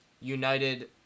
United